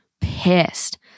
pissed